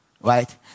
right